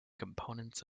components